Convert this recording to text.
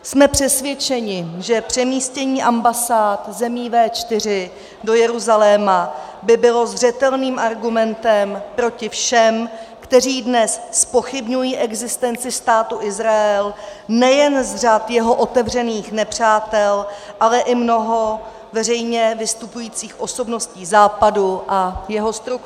Jsme přesvědčeni, že přemístění ambasád zemí V4 do Jeruzaléma by bylo zřetelným argumentem proti všem, kteří dnes zpochybňují existenci Státu Izrael nejen z řad jeho otevřených nepřátel, ale i mnohých veřejně vystupujících osobností Západu a jeho struktur.